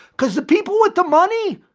because the people with the money,